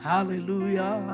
Hallelujah